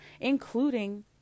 including